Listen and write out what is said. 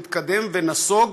מתקדם ונסוג,